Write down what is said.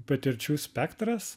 patirčių spektras